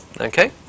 Okay